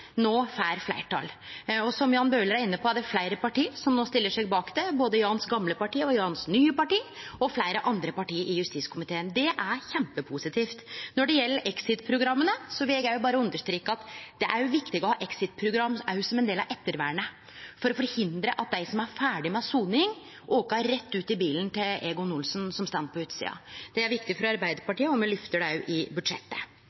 får fleirtal. Som Jan Bøhler er inne på, er det fleire parti som no stiller seg bak det, både Jans gamle parti, Jans nye parti og fleire andre parti i justiskomiteen. Det er kjempepositivt. Når det gjeld exit-programma, vil eg berre understreke at det er viktig å ha exit-program også som del av ettervernet for å hindre at dei som er ferdige med soning, dreg rett ut i bilen til Egon Olsen som står på utsida. Det er viktig for Arbeidarpartiet, og me lyfter det òg i budsjettet.